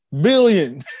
billion